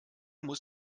muss